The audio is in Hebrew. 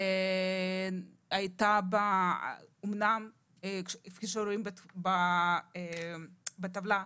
כפי שרואים בטבלה,